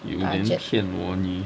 you then 骗我你